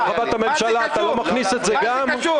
אתה לא מכניס את זה גם?